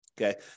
Okay